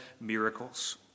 miracles